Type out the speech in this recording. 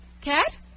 Cat